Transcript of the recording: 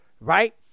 Right